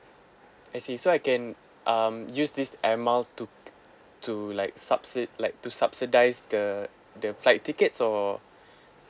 I see so I can um use this air mile to to like subsid~ like to subsidize the the flight tickets or